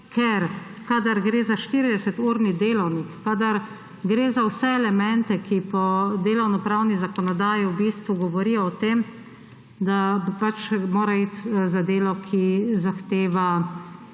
delo. Kadar gre za 40-urni delavnik, kadar gre za vse elemente, ki po delavnopravni zakonodaji v bistvu govorijo o tem, da mora iti za delo, ki zahteva